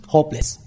Hopeless